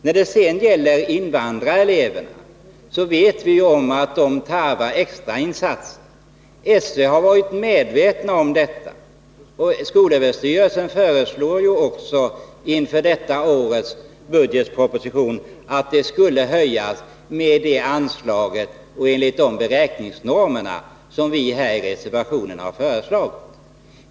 När det sedan gäller invandrareleverna, vet vi att det området tarvar extra insatser. Inom SÖ har man varit medveten om detta och har inför årets budgetproposition föreslagit att insatserna skall ökas med det anslag och enligt de beräkningsnormer som vi har föreslagit i reservationen.